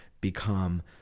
become